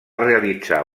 realitzar